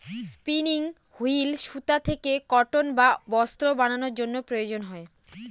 spinning wheel সুতা থেকে cotton বা বস্ত্র বানানোর জন্য প্রয়োজন হয়